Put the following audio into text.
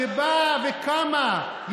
שבאה וקמה,